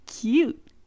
cute